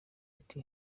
ati